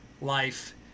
life